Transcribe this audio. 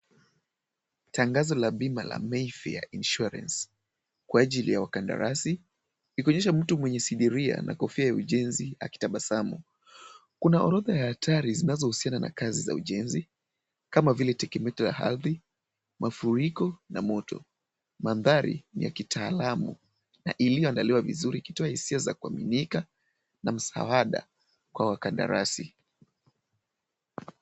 Tangazo la bima la May fair Insurance, kwa ajili ya wakandarasi. Likionyesha mtu mwenye sidiria na kofia ya ujenzi akitabasamu. Kuna orodha ya hatari zinazohusiana na kazi za ujenzi kama vile tetemeko la ardhi, mafuriko na moto. Mandhari ni ya kitaalamu na iliyoandaliwa vizuri ikitoa hisia za kuaminika na msaada kwa wakandarasi.